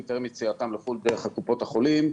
טרם יציאתם לחו"ל דרך קופות החולים.